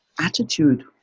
attitude